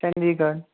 چَنٛدی گَڑھ